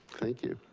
thank you.